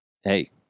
hey